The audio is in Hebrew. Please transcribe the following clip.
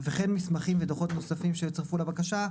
לגבי מסמכים ודוחות נוספים שיצורפו לבקשה,